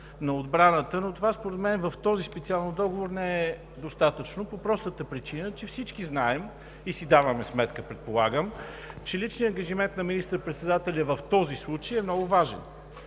на отбраната, но това, според мен, специално в този договор не е достатъчно, по простата причина, че всички знаем и си даваме сметка, предполагам, че личният ангажимент на министър-председателя в този случай е много важен.